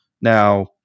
Now